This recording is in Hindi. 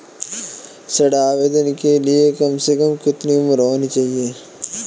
ऋण आवेदन के लिए कम से कम कितनी उम्र होनी चाहिए?